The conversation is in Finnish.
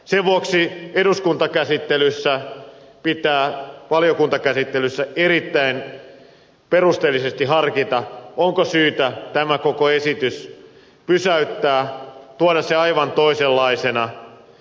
sen vuoksi eduskuntakäsittelyssä valiokuntakäsittelyssä pitää erittäin perusteellisesti harkita onko syytä tämä koko esitys pysäyttää tuoda se aivan toisenlaisena